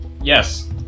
Yes